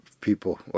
people